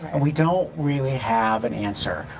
and we don't really have an answer.